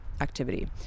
activity